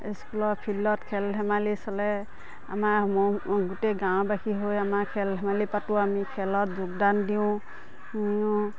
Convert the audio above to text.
স্কুলৰ ফিল্ডত খেল ধেমালি চলে আমাৰ মহ গোটেই গাঁওবাসীৰ হৈ আমাৰ খেল ধেমালি পাতোঁ আমি খেলত যোগদান দিওঁ